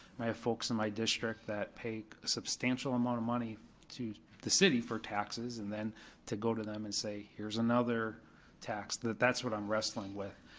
folks in my district that pay a substantial amount of money to the city for taxes and then to go to them and say, here's another tax, that that's what i'm wrestling with.